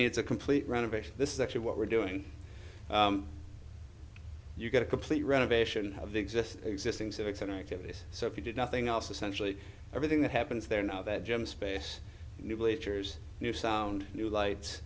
needs a complete renovation this is actually what we're doing you get a complete renovation of the existing existing civic center activities so if you did nothing else essentially everything that happens there now that jim space new bleachers new sound new lights